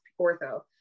ortho